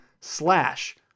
slash